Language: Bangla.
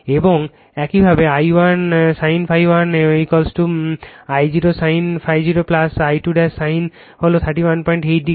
এবং একইভাবে I1 sin ∅ 1 I0 sin ∅ 0 I2 sin হল 318 ডিগ্রি